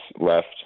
left